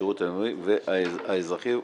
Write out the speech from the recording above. בשירות הלאומי-אזרחי ובתעסוקה.